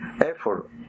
effort